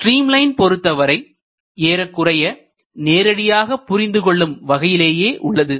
stream line பொருத்த வரை ஏறக்குறைய நேரடியாக புரிந்து கொள்ளும் வகையிலேயே உள்ளது